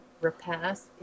repast